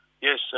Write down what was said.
yes